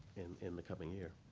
in the coming year.